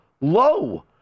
low